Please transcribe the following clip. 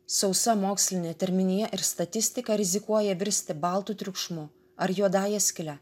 sausa mokslinė terminija ir statistika rizikuoja virsti baltu triukšmu ar juodąja skyle